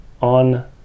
on